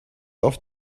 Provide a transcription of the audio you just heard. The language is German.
auf